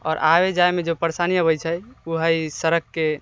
आओर आबै जाइमे जे परेशानी होइ छै ओ है सड़कके